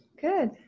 good